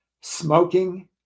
smoking